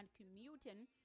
commuting